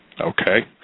okay